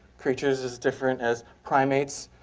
creatures as different as primates,